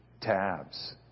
tabs